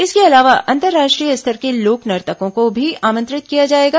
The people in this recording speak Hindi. इसके अलावा अंतर्राष्ट्रीय स्तर के लोक नर्तकों को भी आमंत्रित किया जाएगा